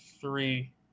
three